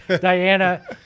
Diana